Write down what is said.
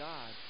God